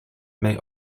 may